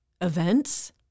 events